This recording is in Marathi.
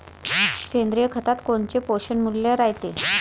सेंद्रिय खतात कोनचे पोषनमूल्य रायते?